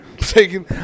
taking